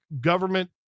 government